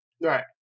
Right